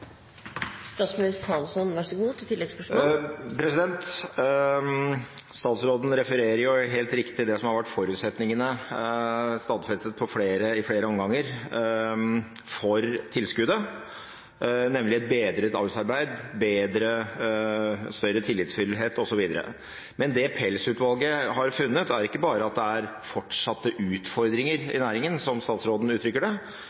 Statsråden refererer jo helt riktig det som har vært forutsetningene, stadfestet i flere omganger, for tilskuddet, nemlig et bedret avlsarbeid, større tillitsfullhet osv. Men det pelsutvalget har funnet, er ikke bare at det fortsatt er utfordringer i næringen, som statsråden uttrykker det,